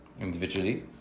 individually